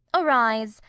arise,